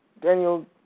Daniel